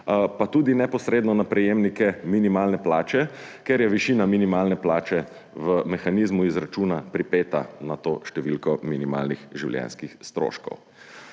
pa tudi neposredno na prejemnike minimalne plače, ker je višina minimalne plače v mehanizmu izračuna pripeta na to številko minimalnih življenjskih stroškov.